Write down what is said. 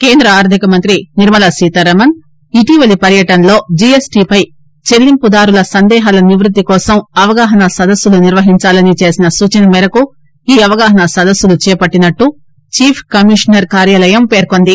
కేంద్ర ఆర్గిక మంత్రి నిర్మలా సీతారామన్ ఇటీవలి పర్యటనలో జీఎస్టీపై చెల్లింపుదారుల సందేహాల నివ్భత్తి కోసం అవగాహన సదస్సులను నిర్వహించాలని చేసిన సూచన మేరకు ఈ అవగాహన సదస్సులను చేపట్టినట్లు చీఫ్ కమిషనర్ కార్యాలయం పేర్కొంది